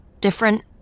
different